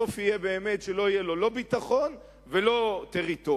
הסוף יהיה באמת שלא יהיה לו לא ביטחון ולא טריטוריה.